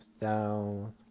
down